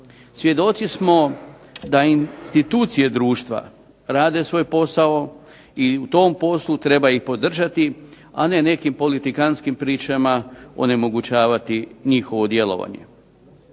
Svjedoci smo da institucije društva rade svoj posao i u tom poslu treba ih podržati, a ne nekim politikanskim pričama onemogućavati njihovo djelovanje.